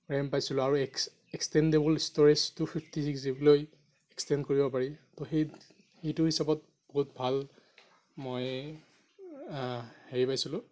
RAM পাইছিলোঁ আৰু ex extendable storage two fifty জিবিলৈ এক্সটেণ্ড কৰিব পাৰি ত' সেই সেইটো হিচাবত বহুত ভাল মই হেৰি পাইছিলোঁ